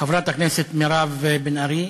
חברת הכנסת מירב בן ארי,